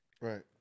Right